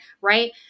Right